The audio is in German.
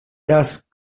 das